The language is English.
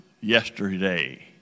yesterday